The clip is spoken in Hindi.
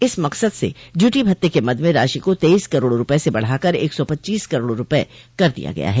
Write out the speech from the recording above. इस मकसद से ड्यूटी भत्ते क मद में राशि को तेईस करोड़ रूपये से बढ़ाकर एक सौ पच्चीस करोड़ रूपये कर दिया गया है